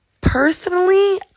Personally